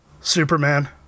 Superman